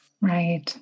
Right